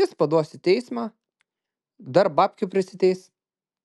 jis paduos į teismą dar babkių prisiteis